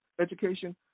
education